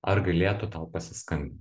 ar galėtų tau pasiskambint